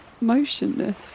Motionless